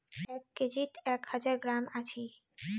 এক কেজিত এক হাজার গ্রাম আছি